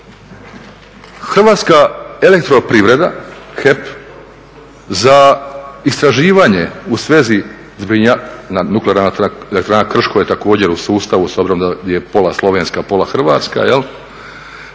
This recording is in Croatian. Hrvatska elektroprivreda HEP za istraživanje u svezi, Nuklearna elektrana Krško je također u sustavu s obzirom da je pola slovenska, pola hrvatska za